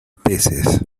peces